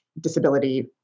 disability